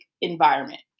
environment